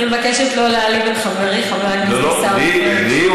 אני מבקשת לא להעליב את חברי חבר הכנסת עיסאווי פריג'.